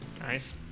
Nice